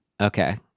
Okay